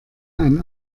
ein